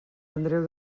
andreu